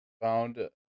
found